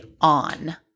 on